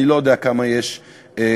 אני לא יודעת כמה יש כמוהו,